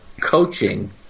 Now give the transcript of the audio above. coaching